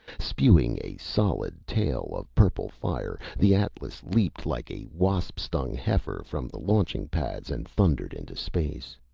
spewing a solid tail of purple fire, the atlas leaped like a wasp-stung heifer from the launching pads and thundered into space.